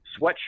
sweatshirt